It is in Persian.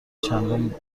چندان